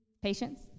Patience